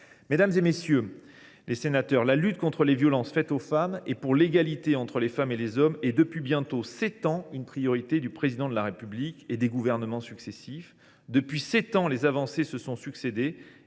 conforme à notre intention. La lutte contre les violences faites aux femmes et pour l’égalité entre les femmes et les hommes est, depuis bientôt sept ans, une priorité du Président de la République et des gouvernements successifs. Depuis sept ans, les avancées se sont succédé